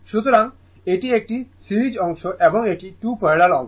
সুতরাং এটি একটি সিরিজ অংশ এবং এটি 2 প্যারালাল অংশ